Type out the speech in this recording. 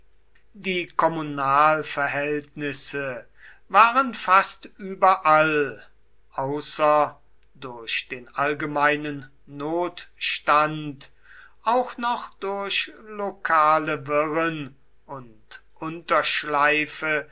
die kommunalverhältnisse waren fast überall außer durch den allgemeinen notstand auch noch durch lokale wirren und unterschleife